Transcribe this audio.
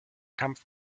kampf